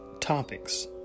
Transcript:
topics